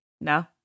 no